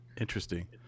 interesting